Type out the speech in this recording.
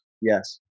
Yes